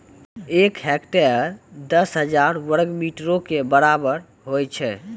एक हेक्टेयर, दस हजार वर्ग मीटरो के बराबर होय छै